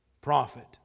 prophet